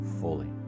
fully